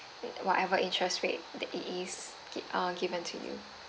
whatever interest rate the it is giv~ uh given to you